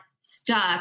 stuck